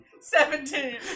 Seventeen